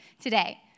today